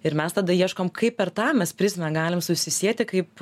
ir mes tada ieškom kaip per tą mes prizmę galim susisieti kaip